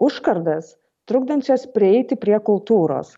užkardas trukdančias prieiti prie kultūros